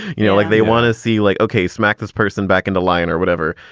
you know, like they want to see like, okay, smack this person back into line or whatever.